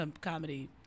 comedy